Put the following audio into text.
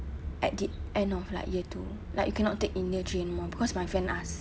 at the end of like year two like you cannot take in year three anymore because my friend asked